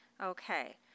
Okay